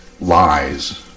lies